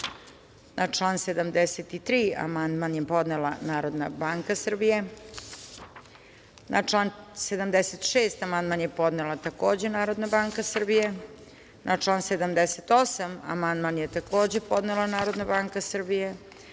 član 73. amandman je podnela Narodna banka Srbije. Na član 76. amandman je podnela Narodna banka Srbije. Na član 78. amandman je podnela Narodna banka Srbije. Na